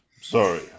Sorry